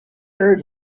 heard